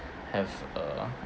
have a